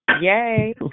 Yay